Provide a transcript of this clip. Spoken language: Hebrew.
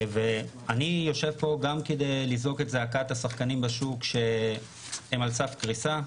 ואני יושב פה גם כדי לזעוק את זעקת השחקנים בשוק שהם על סף קריסה.